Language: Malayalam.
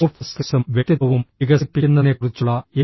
സോഫ്റ്റ് സ്കിൽസ് വികസിപ്പിക്കുന്നതിനെക്കുറിച്ചുള്ള എൻ